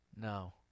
no